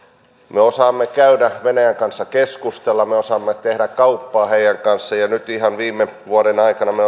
me osaamme käydä venäjän kanssa keskusteluja me osaamme tehdä kauppaa heidän kanssaan ja nyt ihan viime vuoden aikana me